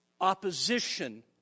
opposition